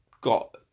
got